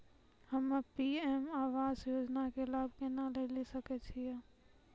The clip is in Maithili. हम्मे पी.एम आवास योजना के लाभ केना लेली सकै छियै?